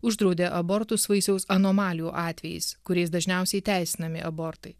uždraudė abortus vaisiaus anomalijų atvejais kuriais dažniausiai įteisinami abortai